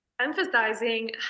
emphasizing